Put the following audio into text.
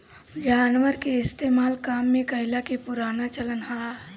जानवर के इस्तेमाल काम में कइला के पुराना चलन हअ